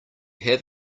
have